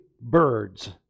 birds